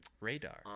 Radar